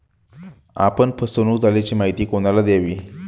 आपण फसवणुक झाल्याची माहिती कोणाला द्यावी?